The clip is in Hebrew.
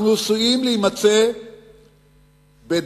אנחנו עשויים להימצא ב-deadlock,